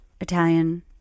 Italian